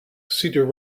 cedar